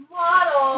model